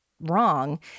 wrong